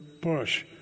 bush